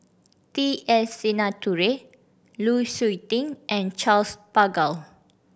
T S Sinnathuray Lu Suitin and Charles Paglar